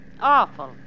awful